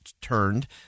turned